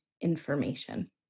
information